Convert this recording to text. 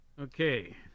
Okay